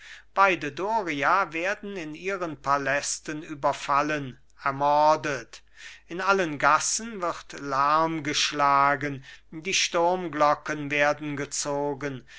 beide doria werden in ihren palästen überfallen ermordet in allen gassen wird lärm geschlagen die sturmglocken werden gezogen